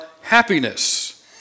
happiness